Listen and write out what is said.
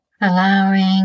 Allowing